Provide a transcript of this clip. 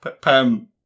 Pam